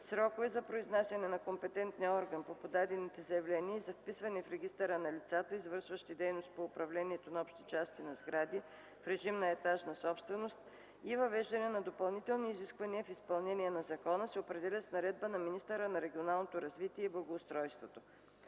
сроковете за произнасяне на компетентния орган по подадените заявления и за вписване в регистъра на лицата, извършващи дейност по управлението на общи части на сгради в режим на етажна собственост, и въвеждане на допълнителни изисквания в изпълнение на закона се определят с наредба на министъра на регионалното развитие и благоустройството.